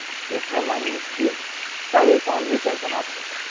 determines the size on which i can operate.